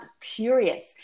curious